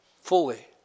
fully